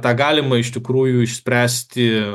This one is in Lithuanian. tą galima iš tikrųjų išspręsti